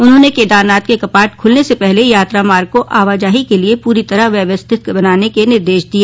उन्होंने केदारनाथ के कपाट ख्लने से पहले यात्रा मार्ग को आवाजाही के लिए पूरी तरह व्यवस्थित बनाने के निर्देश दिए